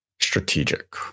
strategic